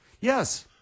Yes